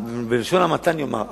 בלשון המעטה אני אומר,